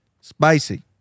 Spicy